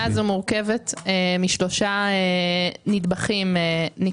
מורכבת משלושה נדבכים: